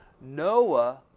Noah